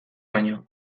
baino